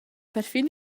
perfin